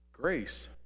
grace